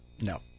No